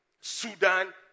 Sudan